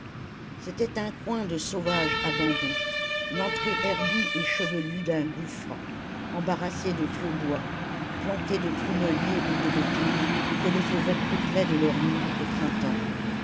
c'était un coin de sauvage abandon l'entrée herbue et chevelue d'un gouffre embarrassée de vieux bois plantée de prunelliers et d'aubépines que les fauvettes peuplaient de leurs nids au printemps